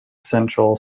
central